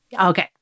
okay